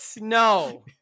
No